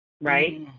Right